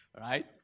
Right